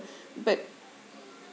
but